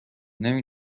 نمی